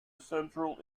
central